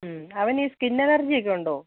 Avani skin അലർജിയൊക്കെയുണ്ടോ